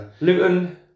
Luton